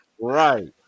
Right